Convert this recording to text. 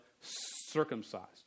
circumcised